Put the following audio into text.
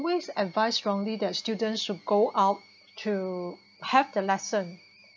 always advice strongly that students should go out to have the lesson